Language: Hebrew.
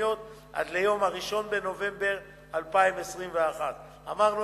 המקומיות עד ליום 1 בנובמבר 2021. אמרנו